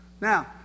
Now